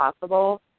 possible